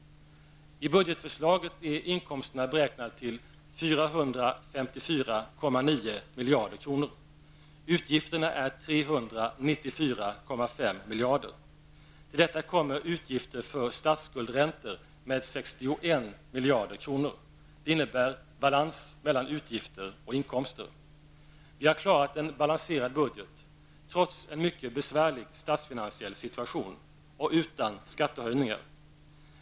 miljarder kronor. Till detta kommer utgifter för statsskuldsräntor med 61 miljarder kronor. Det innebär balans mellan utgifter och inkomster. Vi har klarat en balanserad budget trots en mycket besvärlig statsfinansiell situation -- och utan skattehöjningar.